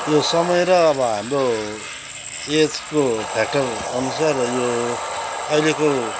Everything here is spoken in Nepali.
यो समय र अब हाम्रो एजको फ्याक्टरअनुसार यो अहिलेको